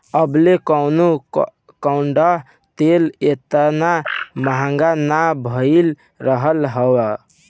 अबले कबो कड़ुआ तेल एतना महंग ना भईल रहल हअ